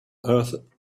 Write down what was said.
earth